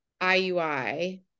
IUI